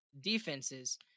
defenses